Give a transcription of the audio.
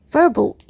Verbal